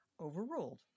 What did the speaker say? overruled